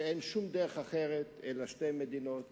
שאין שום דרך אחרת אלא שתי מדינות